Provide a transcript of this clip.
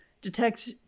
detect